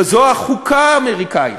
וזאת החוקה האמריקנית.